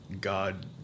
God